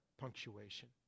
punctuation